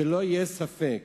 שלא יהיה ספק